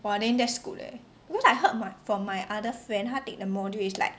!wah! then that's good leh cause I heard from my other friend 她 take the module is like